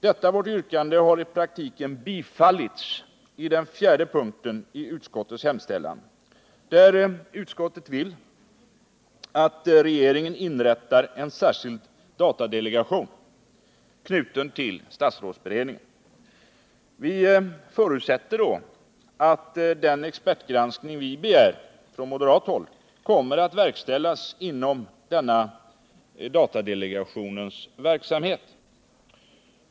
Detta vårt yrkande har i praktiken bifallits i den fjärde punkten i utskottets hemställan, där utskottet vill att regeringen inrättar en särskild datadelegation — knuten till statsrådsberedningen. Vi förutsätter då att den expertgranskning vi begär från moderat håll kommer att verkställas inom denna datadelegations verksamhet.